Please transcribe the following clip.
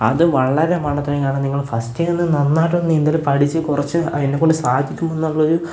അത് വളരെ മണ്ടത്തരമാണ് നിങ്ങള് ഫസ്റ്റെന്നെ നന്നായിട്ടൊന്ന് നീന്തല് പഠിച്ച് കുറച്ച് എന്നെക്കൊണ്ട് സാധിക്കുമെന്നുള്ളൊരു